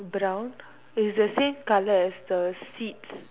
brown is the same colour as the seats